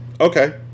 Okay